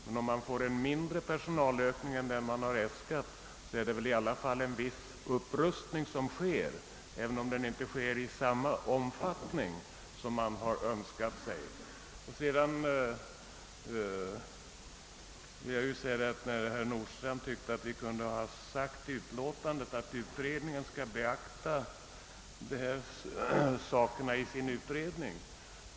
Men då man får en mindre personalökning än den man äskat, så är det väl i alla fall en viss upprustning som sker, även om den inte får samma omfattning som man önskat. Herr Nordstrandh ansåg att vi kunde ha framhållit i utlåtandet att utredningen skall beakta dessa synpunkter i sitt arbete.